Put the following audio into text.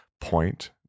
point